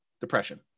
depression